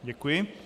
Děkuji.